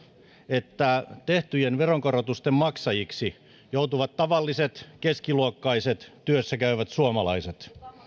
että tehtyjen veronkorotusten maksajiksi joutuvat tavalliset keskiluokkaiset työssä käyvät suomalaiset